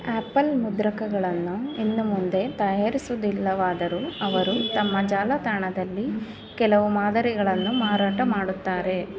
apple ಮುದ್ರಕಗಳನ್ನ ಇನ್ನು ಮುಂದೆ ತಯಾರಿಸುವುದಿಲ್ಲವಾದರೂ ಅವರು ತಮ್ಮ ಜಾಲತಾಣದಲ್ಲಿ ಕೆಲವು ಮಾದರಿಗಳನ್ನು ಮಾರಾಟ ಮಾಡುತ್ತಾರೆ